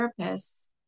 therapists